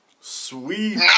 Sweet